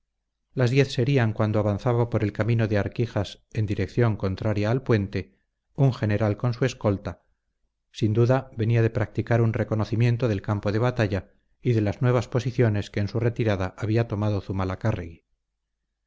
las diez serían cuando avanzaba por el camino de arquijas en dirección contraria al puente un general con su escolta sin duda venía de practicar un reconocimiento del campo de batalla y de las nuevas posiciones que en su retirada había tomado zumalacárregui